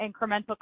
incremental